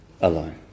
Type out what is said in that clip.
alone